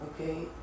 okay